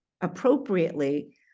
appropriately